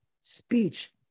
Speech